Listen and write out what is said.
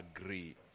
agree